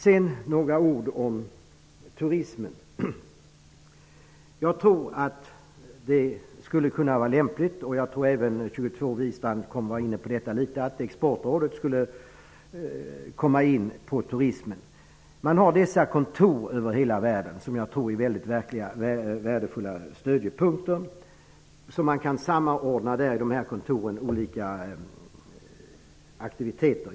Sedan några ord om turismen. Jag tror att det skulle vara lämpligt att Exportrådet kom in även på turismen. Jag tror att även Birgitta Wistrand var inne på det. Exportrådet har kontor över hela världen, som kan vara mycket värdefulla stödpunkter. Från dessa kontor kan man samordna olika aktiviteter.